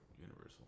Universal